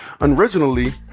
Originally